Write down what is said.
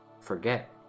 forget